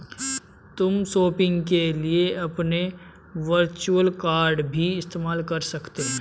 तुम शॉपिंग के लिए अपने वर्चुअल कॉर्ड भी इस्तेमाल कर सकते हो